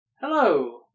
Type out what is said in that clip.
Hello